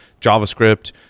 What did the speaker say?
JavaScript